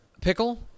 Pickle